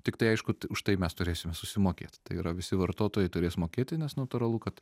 tiktai aišku už tai mes turėsime susimokėt tai yra visi vartotojai turės mokėti nes natūralu kad